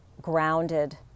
Grounded